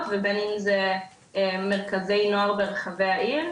ובין אם זה מרכזי נוער ברחבי העיר,